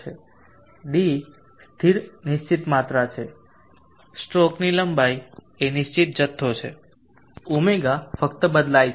d સ્થિર નિશ્ચિત માત્રા છે સ્ટ્રોક લંબાઈ એ નિશ્ચિત જથ્થો છે ω ફક્ત બદલાય છે